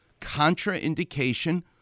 contraindication